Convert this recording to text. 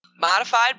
Modified